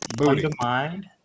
undermined